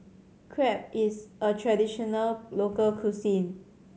crepe is a traditional local cuisine